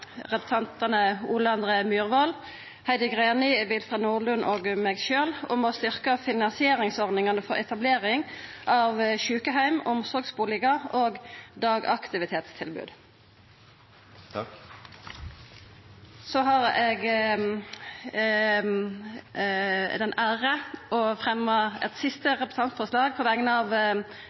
representantane Ole André Myhrvold, Heidi Greni, Willfred Nordlund og meg sjølv om å styrkja finansieringsordningane for etablering av sjukeheimar, omsorgsbustader og dagaktivitetstilbod. Så har eg æra av å fremja eit siste representantforslag på vegner av